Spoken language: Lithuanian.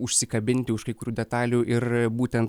užsikabinti už kai kurių detalių ir būtent